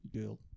Girl